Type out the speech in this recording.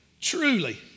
truly